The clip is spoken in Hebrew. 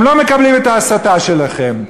הם לא מקבלים את ההסתה שלכם.